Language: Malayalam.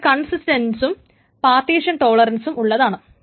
ഇത് കൺസിസ്റ്റൻസും പാർട്ടീഷൻ ടോളറൻസും ഉള്ളതാണ്